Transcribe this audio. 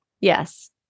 Yes